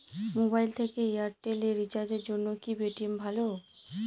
Mobile থেকে Airtel এ রিচার্জের জন্য কি পেটিএম ভালো?